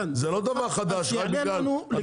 זה לא דבר חדש זה לא רק בגלל המגזר.